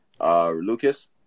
Lucas